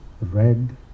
red